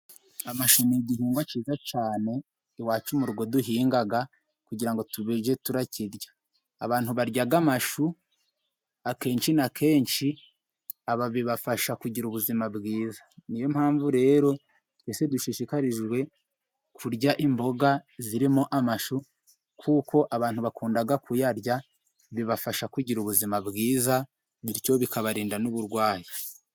Amashu ni igihingwa cyiza cyane, iwacu mugo duhinga kugira ngo tujye turakirya, abantu barya amashu akenshi n'akenshi aba bibafasha kugira ubuzima bwiza, niyo mpamvu rero twese dushishikarijwe kurya imboga zirimo amashu, kuko abantu bakunda kuyarya bibafasha kugira ubuzima bwiza, bityo bikabarinda n'uburwayi.